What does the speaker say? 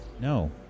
No